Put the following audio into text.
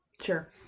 Sure